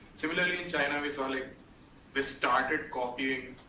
similarly, china, we saw like they started copying